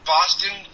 Boston